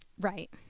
Right